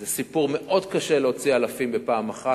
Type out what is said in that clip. זה סיפור מאוד קשה להוציא אלפים בפעם אחת,